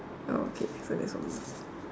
oh okay so